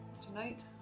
Tonight